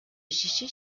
ici